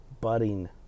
budding